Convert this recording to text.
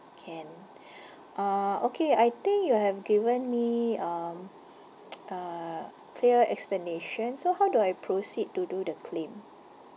can uh okay I think you have given me um err clear explanation so how do I proceed to do the claim